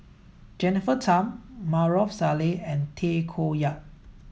Jennifer Tham Maarof Salleh and Tay Koh Yat